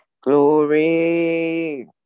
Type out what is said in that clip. Glory